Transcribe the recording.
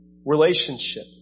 Relationship